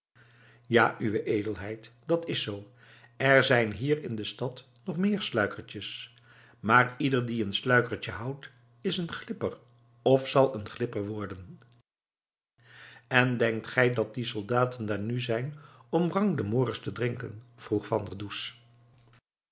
ja uwe edelheid dat is zoo en er zijn hier in de stad nog meer sluikertjes maar ieder die een sluikertje houdt is een glipper of zal een glipper worden en denkt gij dat die soldaten daar nu zijn om brangdemoris te drinken vroeg van der